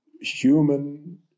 Human